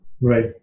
Right